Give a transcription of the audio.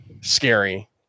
scary